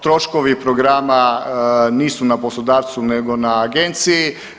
Troškovi programa nisu na poslodavcu nego na agenciji.